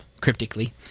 Cryptically